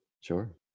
sure